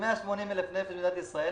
180,000 נפש בישראל,